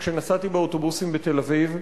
כשנסעתי באוטובוסים בתל-אביב.